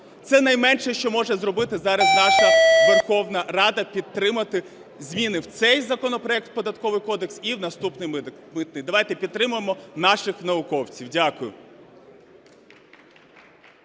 Це найменше, що може зробити зараз наша Верховна Рада – підтримати зміни в цей законопроект, Податковий кодекс і в наступний Митний. Давайте підтримаємо наших науковців. Дякую.